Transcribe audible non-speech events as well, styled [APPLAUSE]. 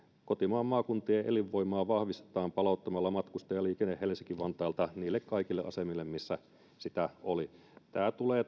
kotimaan maakuntien elinvoimaa vahvistetaan palauttamalla matkustajaliikenne helsinki vantaalta niille kaikille asemille missä sitä oli tämä tulee [UNINTELLIGIBLE]